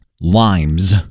limes